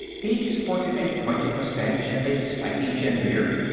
he sported a pointed mustache and a spiky chin-beard,